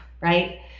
right